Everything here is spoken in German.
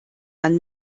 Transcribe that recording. man